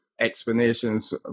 explanations